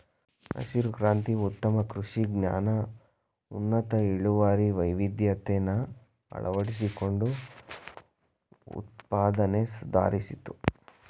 ಹಸಿರು ಕ್ರಾಂತಿ ಉತ್ತಮ ಕೃಷಿ ಜ್ಞಾನ ಉನ್ನತ ಇಳುವರಿ ವೈವಿಧ್ಯತೆನ ಅಳವಡಿಸ್ಕೊಂಡು ಉತ್ಪಾದ್ನೆ ಸುಧಾರಿಸ್ತು